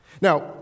Now